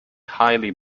highly